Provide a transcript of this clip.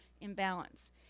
imbalance